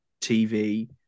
tv